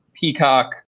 Peacock